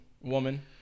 woman